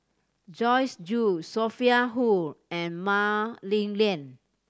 Joyce Jue Sophia Hull and Mah Li Lian